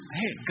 hey